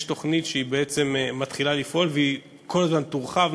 יש תוכנית שמתחילה לפעול והיא כל הזמן תורחב,